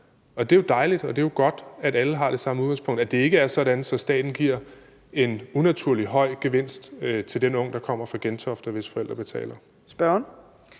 det er jo dejligt, og det er godt, at alle har det samme udgangspunkt, og at det ikke er sådan, at staten giver en unaturlig høj gevinst til den unge, der kommer fra Gentofte, hvis forældre betaler. Kl.